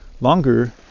longer